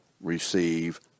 receive